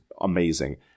amazing